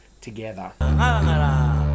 together